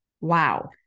Wow